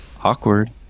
Awkward